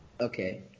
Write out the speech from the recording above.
Okay